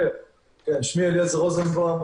שמי אליעזר רוזנבאום,